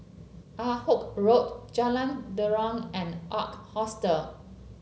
Ah Hood Road Jalan Derum and Ark Hostel